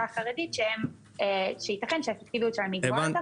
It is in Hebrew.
החרדית שייתכן --- היא גבוהה יותר,